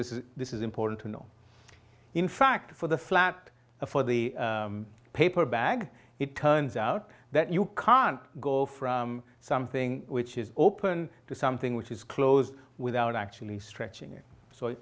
this is this is important to know in fact for the flat for the paper bag it turns out that you can't go from something which is open to something which is closed without actually stretching it